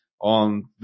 on